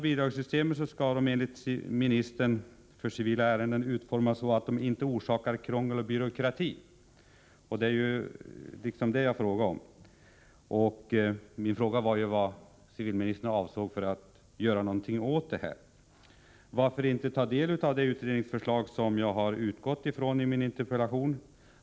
Bidragssystemet skall enligt ministern för civilförvaltningsärenden utformas så att det inte orsakar krångel och byråkrati. Det var ju detta jag frågade om. Jag frågade vad civilministern avsåg att göra åt detta. Varför inte ta intryck av det utredningsförslag som jag har utgått från i min interpellation?